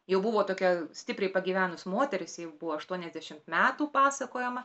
jau buvo tokia stipriai pagyvenus moteris jai jau buvo aštuonisdešimt metų pasakojama